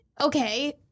okay